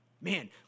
Man